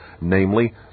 namely